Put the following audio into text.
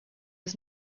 was